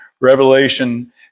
Revelation